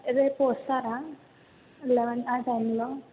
ఎవరన్నా వస్తారా అలా ఆ టైము లో